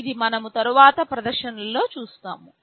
ఇది మనము తరువాత ప్రదర్శనలో చూస్తాము